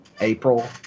April